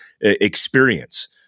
experience